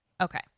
Okay